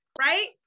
right